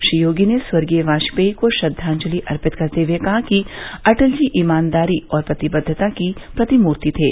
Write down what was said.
श्री योगी ने स्वर्गीय वाजपेई को श्रद्वाजलि अर्पित करते हुए कहा कि अटल जी ईमानदारी और प्रतिबद्वता की प्रतिमूर्ति थे